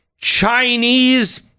Chinese